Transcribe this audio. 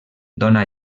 dóna